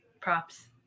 props